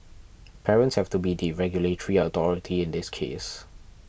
parents have to be the 'regulatory authority' in this case